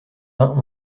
vingt